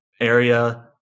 area